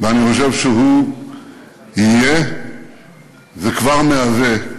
ואני חושב שהוא יהיה, וכבר מהווה,